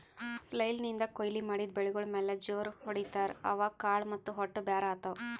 flail ನಿಂದ್ ಕೊಯ್ಲಿ ಮಾಡಿದ್ ಬೆಳಿಗೋಳ್ ಮ್ಯಾಲ್ ಜೋರ್ ಹೊಡಿತಾರ್, ಅವಾಗ್ ಕಾಳ್ ಮತ್ತ್ ಹೊಟ್ಟ ಬ್ಯಾರ್ ಆತವ್